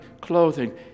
clothing